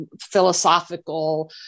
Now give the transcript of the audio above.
philosophical